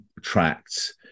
tracts